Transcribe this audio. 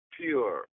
pure